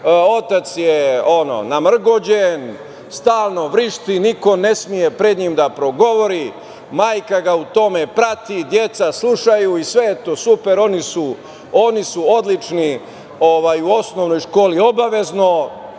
otac je namrgođen, stalno vrišti, niko ne sme pred njim da progovori, majka ga u tome prati, deca slušaju i sve je tu super, oni su odlični u osnovnoj školi obavezno,